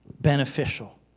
beneficial